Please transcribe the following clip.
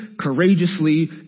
courageously